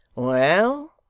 well?